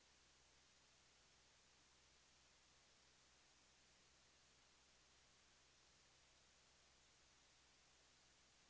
Det håller jag med om. Och det behövs mer resurser. Då måste man också ställa upp principiellt för idén om ett välfärdssamhälle.